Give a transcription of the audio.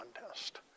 contest